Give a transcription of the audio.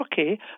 okay